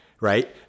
Right